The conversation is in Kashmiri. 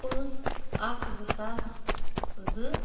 پانٛژھ اکھ زٕساس زٕ